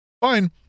fine